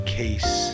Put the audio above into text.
case